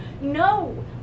No